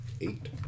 Eight